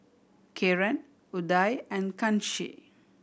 Kiran Udai and Kanshi